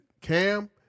Cam